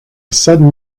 sudden